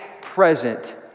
present